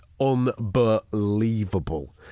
unbelievable